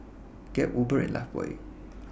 Gap Uber and Lifebuoy